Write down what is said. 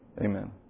amen